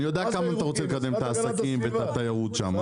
אני יודע כמה אתה רוצה לקדם את העסקים ואת התיירות שם.